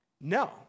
No